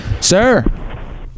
Sir